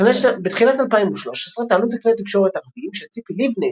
בתחילת 2013 טענו כלי תקשורת ערביים שציפי לבני